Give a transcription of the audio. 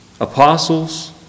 apostles